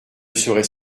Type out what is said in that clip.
serais